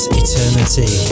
eternity